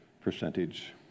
percentage